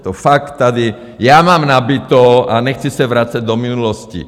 To fakt tady já mám nabito a nechci se vracet do minulosti.